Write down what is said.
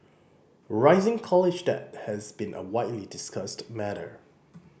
rising college debt has been a widely discussed matter